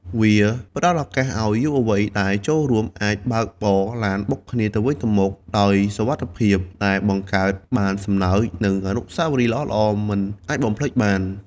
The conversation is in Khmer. វាផ្ដល់ឱកាសឱ្យយុវវ័យដែលចូលរួមអាចបើកបរឡានបុកគ្នាទៅវិញទៅមកដោយសុវត្ថិភាព ដែលបង្កើតបានសំណើច និងអនុស្សាវរីយ៍ល្អៗមិនអាចបំភ្លេចបាន។